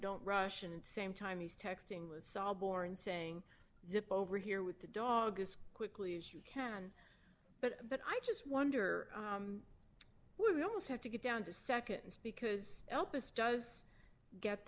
don't rush and same time he's texting with sob or and saying zip over here with the dog as quickly as you can but but i just wonder we almost have to get down to seconds because opus does get